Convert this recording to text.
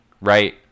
right